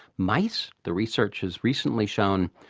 mice, the research has recently shown,